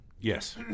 Yes